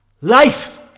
life